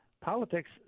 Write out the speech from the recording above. Politics